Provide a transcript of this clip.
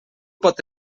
pot